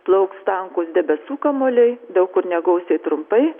plauks tankūs debesų kamuoliai daug kur negausiai trumpai